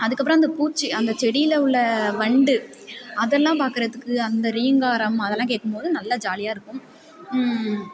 அதுக்கப்புறம் அந்த பூச்சி அந்தச் செடியில் உள்ள வண்டு அதெல்லாம் பார்க்குறதுக்கு அந்த ரீங்காரம் அதெல்லாம் கேட்கும்போது நல்லா ஜாலியாக இருக்கும்